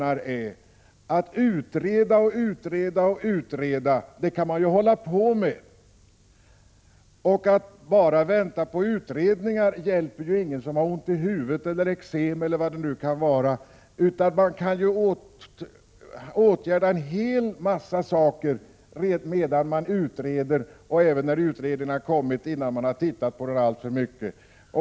Att utreda och utreda kan vi hålla på med länge. Att bara vänta på utredningar hjälper ingen som har ont i huvudet, eksem eller något annat. Men man kan åtgärda en hel massa saker medan utredningen pågår och även sedan utredningen kommit och man ännu inte hunnit se på den så mycket.